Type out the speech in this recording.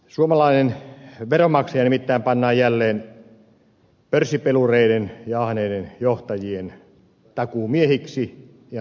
suomalainen veronmaksaja nimittäin pannaan jälleen pörssipelureiden ja ahneiden johtajien takuumieheksi ja naiseksi